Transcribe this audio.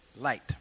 light